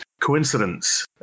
coincidence